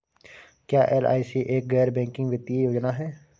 क्या एल.आई.सी एक गैर बैंकिंग वित्तीय योजना है?